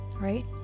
right